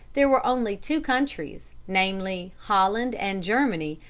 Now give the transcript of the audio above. there were only two countries, namely, holland and germany,